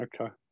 Okay